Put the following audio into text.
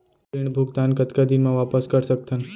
ऋण भुगतान कतका दिन म वापस कर सकथन?